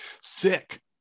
sick